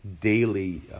daily